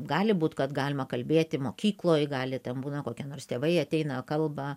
gali būt kad galima kalbėti mokykloj gali ten būna kokie nors tėvai ateina kalba